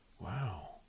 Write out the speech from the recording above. wow